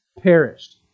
perished